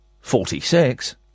Forty-six